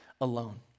alone